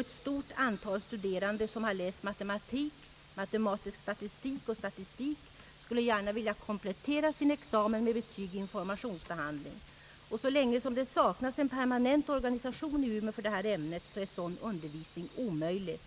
Ett stort antal studerande, som har läst matematik, matematisk statistik och statistik, skulle gärna vilja komplettera sin examen med betyg i informationsbehandling. Så länge det saknas en permanent organisation i Umeå för detta ämne, är sådan undervisning omöjlig.